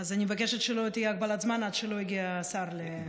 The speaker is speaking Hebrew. אז אני מבקשת שלא תהיה הגבלת זמן עד שלא יגיע השר למליאה.